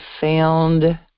found